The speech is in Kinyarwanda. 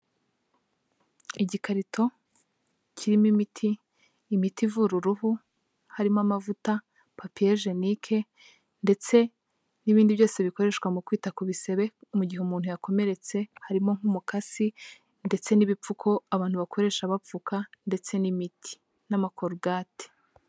Igikarito kirimo imiti, imiti ivura uruhu harimo amavuta, papiyejenike ndetse n'ibindi byose bikoreshwa mu kwita ku bisebe mu gihe umuntu yakomeretse, harimo nk'umukasi ndetse n'ibipfuko abantu bakoresha bapfuka ndetse n'imiti n'amakorogate.